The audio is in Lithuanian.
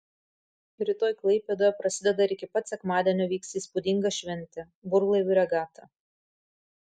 rytoj klaipėdoje prasideda ir iki pat sekmadienio vyks įspūdinga šventė burlaivių regata